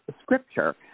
scripture